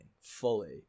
fully